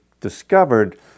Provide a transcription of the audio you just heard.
discovered